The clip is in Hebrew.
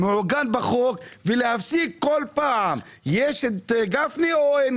מעוגן בחוק ולהפסיק כל פעם אם השאלה האם יש את גפני או אין